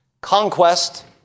Conquest